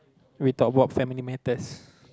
we talked about family matters